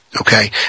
okay